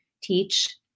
teach